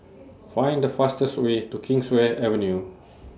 Find The fastest Way to Kingswear Avenue